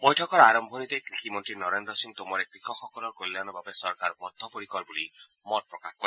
বৈঠকৰ আৰম্ভণিতে কৃষি মন্ত্ৰী নৰেন্দ্ৰ সিং টোমৰে কৃষকসকলৰ কল্যাণৰ বাবে চৰকাৰ বদ্ধপৰিকৰ বুলি মত প্ৰকাশ কৰে